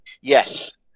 Yes